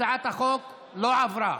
הצעת החוק לא עברה.